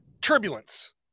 turbulence